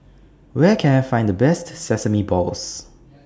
Where Can I Find The Best Sesame Balls